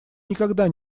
никогда